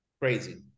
crazy